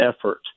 effort